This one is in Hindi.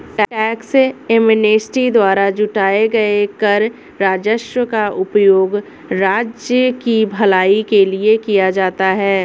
टैक्स एमनेस्टी द्वारा जुटाए गए कर राजस्व का उपयोग राज्य की भलाई के लिए किया जाता है